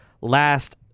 last